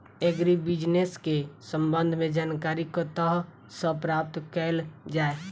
Agri business केँ संबंध मे जानकारी कतह सऽ प्राप्त कैल जाए?